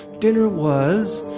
dinner was